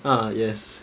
ah yes